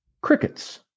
crickets